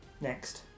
Next